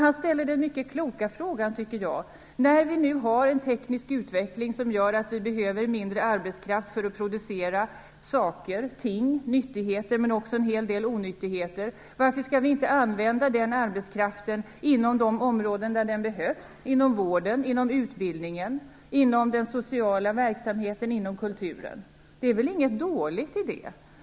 Han ställer den mycket kloka frågan: När vi nu har en teknisk utveckling som gör att vi behöver mindre arbetskraft för att producera saker - nyttigheter men också en hel del onyttigheter - varför skall vi inte använda den arbetskraften inom de områden där den behövs, t.ex. inom vården, inom utbildningen, inom den sociala verksamheten, inom kulturen? Det är väl inget dåligt i det?